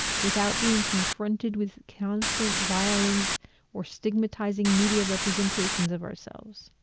without being confronted with constant violent or stigmatizing media representations of ourselves.